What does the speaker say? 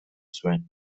zuen